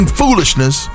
foolishness